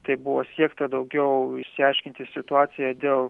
taip buvo siekta daugiau išsiaiškinti situaciją dėl